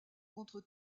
contre